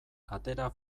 atera